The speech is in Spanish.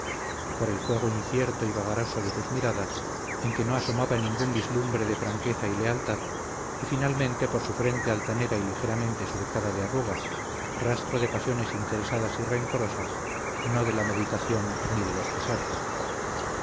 por el fuego incierto y vagaroso de sus miradas en que no asomaba ningún vislumbre de franqueza y lealtad y finalmente por su frente altanera y ligeramente surcada de arrugas rastro de pasiones interesadas y rencorosas no de la meditación ni de los pesares